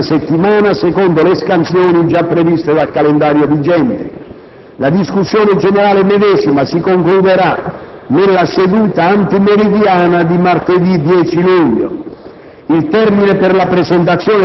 si svolgerà nel corso di questa settimana secondo le scansioni già previste dal calendario vigente. La discussione generale medesima si concluderà nella seduta antimeridiana di martedì 10 luglio.